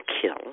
kill